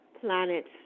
planets